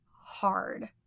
hard